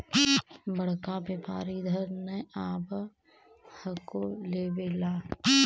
बड़का व्यापारि इधर नय आब हको लेबे ला?